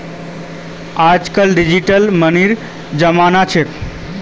आजकल डिजिटल मनीर जमाना छिको